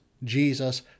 Jesus